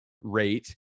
rate